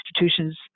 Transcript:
institutions